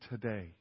today